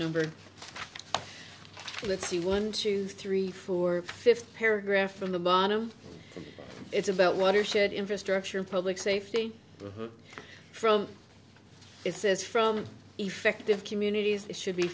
number let's see one two three four fifth paragraph from the bottom it's about watershed infrastructure public safety from it says from effective communities should be